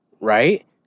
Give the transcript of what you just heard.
right